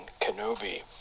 Kenobi